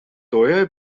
teure